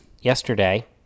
yesterday